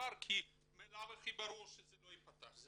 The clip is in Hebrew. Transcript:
דבר כי בלאו הכי ברור שזה לא ייפתח.